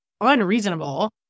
unreasonable